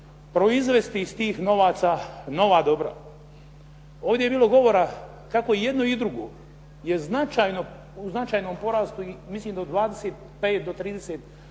proizvesti iz tih novaca nova dobra. Ovdje je bilo govora kako i jednu i drugu, je značajno, u značajnom porastu i mislim da od 25 do 30%